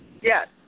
Yes